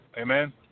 Amen